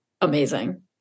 amazing